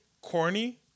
corny